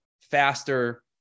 faster